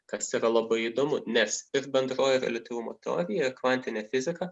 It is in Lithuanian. kas yra labai įdomu nes ir bendroji reliatyvumo teorija ir kvantinė fizika